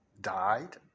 died